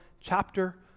chapter